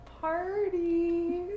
Party